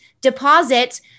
deposit